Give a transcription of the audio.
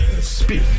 speak